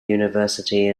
university